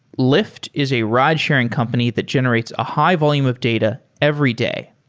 lyft is a ridesharing company that generates a high-volume of data every day.